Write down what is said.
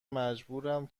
مجبورم